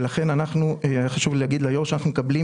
ולכן היה חשוב לי להגיד ליו"ר שאנחנו מקבלים